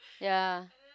ya